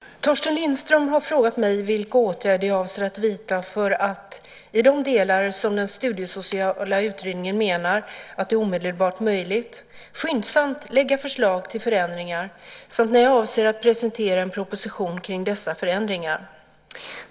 Herr talman! Torsten Lindström har frågat mig vilka åtgärder jag avser att vidta för att, i de delar som den studiesociala utredningen menar att det är omedelbart möjligt, skyndsamt lägga fram förslag till förändringar samt när jag avser att presentera en proposition kring dessa förändringar.